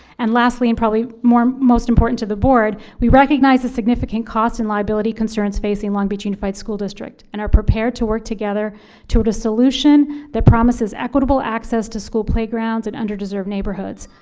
and lastly, and probably most important to the board, we recognize the significant cost and liability concerns facing long beach unified school district, and are prepared to work together toward a solution that promises equitable access to school playgrounds in underdeserved neighborhoods.